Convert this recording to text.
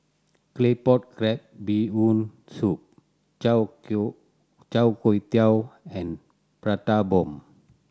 Claypot Crab Bee Hoon Soup char Char Kway Teow and Prata Bomb